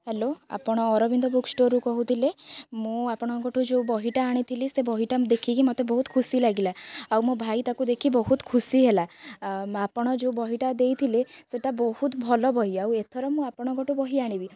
hello ଆପଣ Arabinda book ଷ୍ଟୋର୍ରୁ କହୁଥିଲେ ମୁଁ ଆପଣଙ୍କଠୁ ଯେଉଁ ବହିଟା ଆଣିଥିଲି ସେ ବହିଟା ଦେଖିକି ମତେ ବହୁତ ଖୁସି ଲାଗିଲା ଆଉ ମୋ ଭାଇ ତାକୁ ଦେଖି ବହୁତ ଖୁସି ହେଲା ଆପଣ ଯେଉଁ ବହିଟା ଦେଇଥିଲେ ସେଟା ବହୁତ ଭଲ ବହି ଆଉ ଏଥର ମୁଁ ଆପଣଙ୍କଠୁ ବହି ଆଣିବି